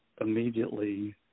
immediately